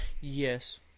Yes